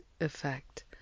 effect